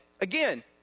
Again